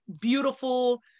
beautiful